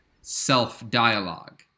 self-dialogue